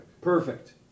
Perfect